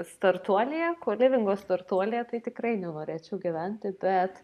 startuolyje kolivingo startuolyje tai tikrai nenorėčiau gyventi bet